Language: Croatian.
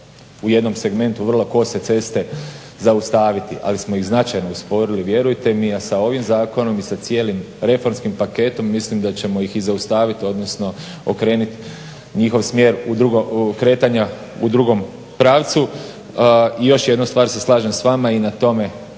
u jednom segmentu vrlo kose ceste zaustaviti. Ali smo iz značajno usporili vjerujete mi a sa ovim zakonom i sa cijelim reformskim paketom mislim da ćemo ih zaustaviti odnosno okrenuti njihov smjer u kretanja u drugom pravcu. Još jednu stvar se slažem s vama i na tome